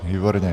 Výborně.